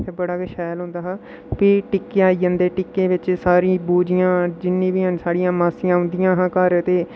बड़ा गै शैल होंदा हा फ्ही टिक्का आई अंदे फ्ही टिक्के बिच्च सारियां बूजियां जिन्नी बी हैन साढ़ियां मासियां औंदियां हां घर ते